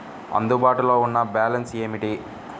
అందుబాటులో ఉన్న బ్యాలన్స్ ఏమిటీ?